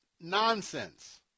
nonsense